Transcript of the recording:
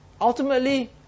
ultimately